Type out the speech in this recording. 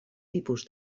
tipus